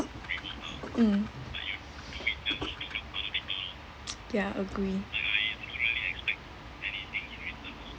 mm ya agree